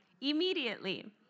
Immediately